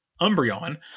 Umbreon